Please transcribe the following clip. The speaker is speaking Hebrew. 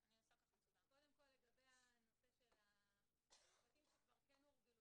קודם כל לגבי הנושא של הצוותים שכבר כן הורגלו